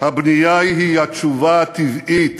הבנייה היא התשובה הטבעית